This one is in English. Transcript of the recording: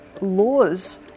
laws